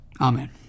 Amen